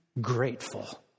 grateful